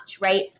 right